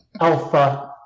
Alpha